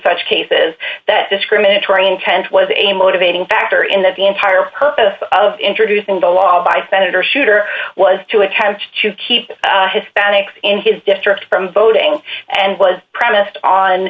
such cases that discriminatory intent was a motivating factor in that the entire purpose of introducing the law by senator shooter was to attempt to keep hispanics in his district from voting and was premise